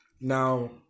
Now